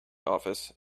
office